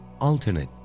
Alternate